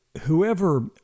whoever